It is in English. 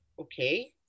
okay